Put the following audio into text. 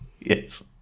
Yes